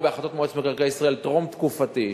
או בהחלטות מועצת מקרקעי ישראל טרם תקופתי,